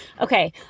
Okay